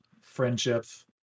friendships